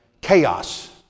chaos